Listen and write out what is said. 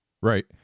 right